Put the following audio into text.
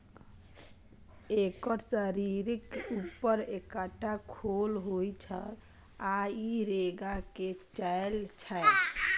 एकर शरीरक ऊपर एकटा खोल होइ छै आ ई रेंग के चलै छै